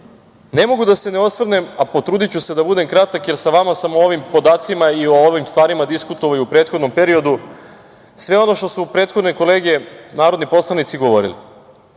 mogu da se ne osvrnem, a potrudiću se da budem kratak, jer sa vama sam o ovim podacima i o ovim stvarima diskutovao i u prethodnom periodu, sve ono što su prethodne kolege narodni poslanici govorili.